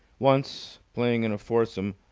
once, playing in a foursome,